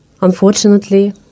unfortunately